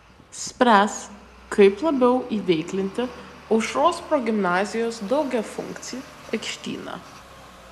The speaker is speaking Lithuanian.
spręs kaip labiau įveiklinti aušros progimnazijos daugiafunkcį aikštyną